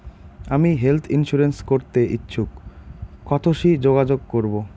আমি health insurance করতে ইচ্ছুক কথসি যোগাযোগ করবো?